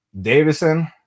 Davison